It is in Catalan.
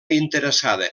interessada